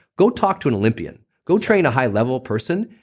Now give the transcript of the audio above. go talk to an olympian. go train a high level person.